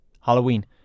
Halloween